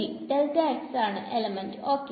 ശെരി ആണ് element ok